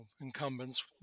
incumbents